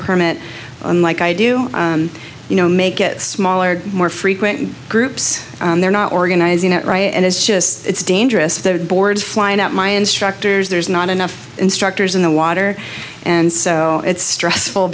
permit and like i do you know make it smaller more frequent groups they're not organizing it right and it's just it's dangerous their boards flying out my instructors there's not enough instructors in the water and so it's stressful